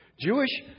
Jewish